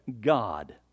God